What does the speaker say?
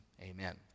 amen